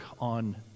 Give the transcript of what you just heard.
on